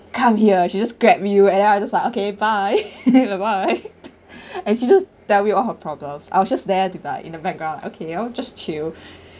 come here she just grab you and then I just like okay bye bye bye and she just tell you all her problems I was just there to like in the background okay I'll just chill